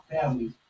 family